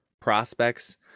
prospects